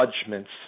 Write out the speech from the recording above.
judgments